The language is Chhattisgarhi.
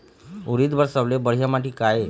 उरीद बर सबले बढ़िया माटी का ये?